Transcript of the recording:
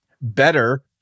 better